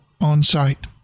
on-site